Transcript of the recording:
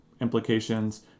implications